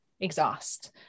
Exhaust